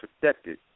protected